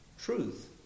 Truth